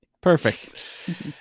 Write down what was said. Perfect